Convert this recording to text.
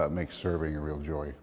that makes serving a real joy